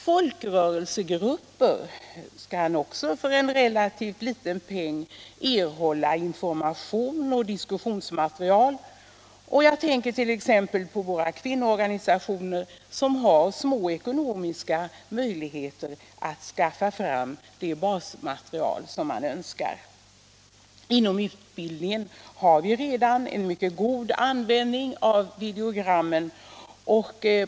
Folkrörelsegrupper kan också för en relativt liten penning erhålla information och diskussionsmaterial. Jag tänker t.ex. på våra kvinnoorganisationer, som har små ekonomiska möjligheter att skaffa fram det basmaterial man önskar. Inom utbildningen har vi redan en mycket god användning av videogrammen.